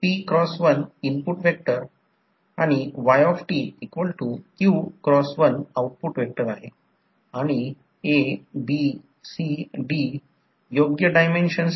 आता आपल्या magnetic circuit लूपमधून हे R1 आणि हे X1 हे दोन आहेत म्हणून वाइंडिंगचा रेजिस्टन्स आणि रिअॅक्टॅन्स